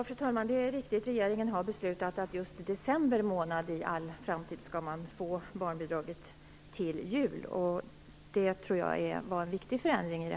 Fru talman! Det är riktigt - regeringen har beslutat att i december månad skall man i all framtid få barnbidraget till jul. Jag tror att det är en viktig förändring.